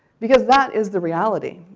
because that is the reality,